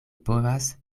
povas